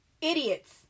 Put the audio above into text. Idiots